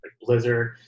Blizzard